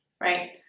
Right